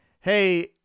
hey